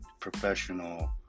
professional